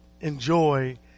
enjoy